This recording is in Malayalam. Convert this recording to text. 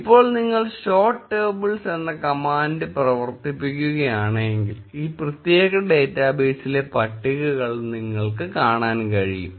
ഇപ്പോൾ നിങ്ങൾ show tables എന്ന കമാൻഡ് പ്രവർത്തിപ്പിക്കുകയാണെങ്കിൽ ഈ പ്രത്യേക ഡാറ്റാബേസിലെ പട്ടികകൾ നിങ്ങൾക്ക് കാണാൻ കഴിയും